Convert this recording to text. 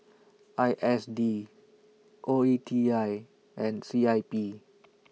I S D O E T I and C I P